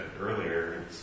earlier